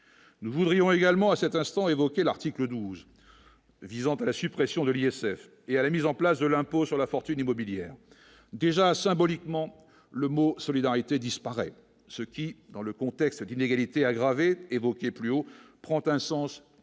nous voudrions également à cet instant évoqué l'article 12 visant à la suppression de l'ISF et à la mise en place de l'impôt sur la fortune immobilière déjà symboliquement le mot solidarité disparaît, ce qui dans le contexte d'inégalités aggravées évoquée plus haut, prend un sens très